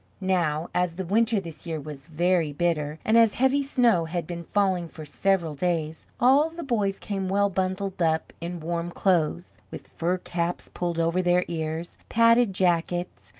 now, as the winter this year was very bitter, and as heavy snow had been falling for several days, all the boys came well bundled up in warm clothes, with fur caps pulled over their ears, padded jackets,